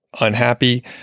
unhappy